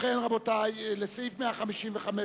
רבותי, אנחנו עוברים ל-152,